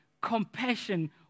Compassion